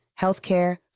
healthcare